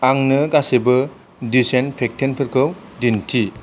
आंनो गासैबो दिसइनफेक्टेन्टफोरखौ दिन्थि